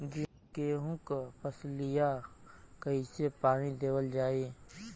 गेहूँक फसलिया कईसे पानी देवल जाई?